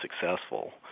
successful